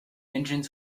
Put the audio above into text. engines